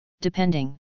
depending